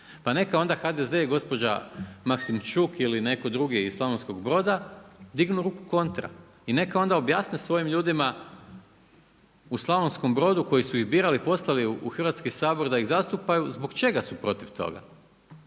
Pa neka onda HDZ i gospođa Maksimčuk ili netko drugi iz Slavonskog Broda dignu ruku kontra i neka onda objasne svojim ljudima u Slavonskom Brodu koji su ih birali, poslali u Hrvatski sabor da ih zastupaju zbog čega su protiv toga?